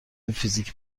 فیزیک